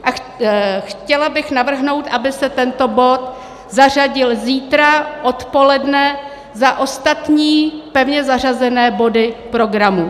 A chtěla bych navrhnout, aby se tento bod zařadil zítra odpoledne za ostatní pevně zařazené body programu.